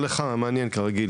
דנית מחטיבת התביעות.